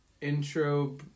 intro